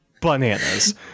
bananas